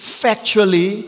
factually